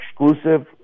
exclusive